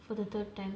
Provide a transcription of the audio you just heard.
for the third time